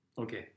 Okay